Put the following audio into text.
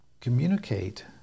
communicate